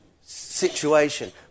situation